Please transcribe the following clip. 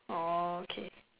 orh okay